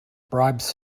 bribes